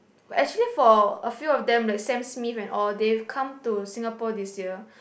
actually for a few of them like Sam-Smith and all they come to Singapore this year